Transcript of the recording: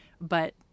But-